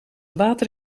water